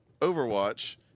Overwatch